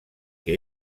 que